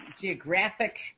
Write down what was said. geographic